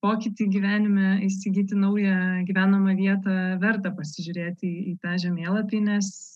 pokytį gyvenime įsigyti naują gyvenamą vietą verta pasižiūrėti į tą žemėlapį nes